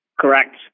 Correct